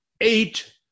eight